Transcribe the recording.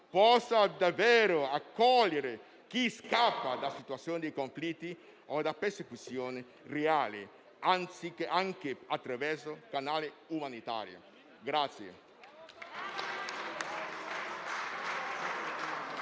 possa davvero accogliere chi scappa da situazioni di conflitti o da persecuzioni reali, anche attraverso il canale umanitario.